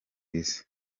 isi